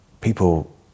people